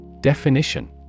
Definition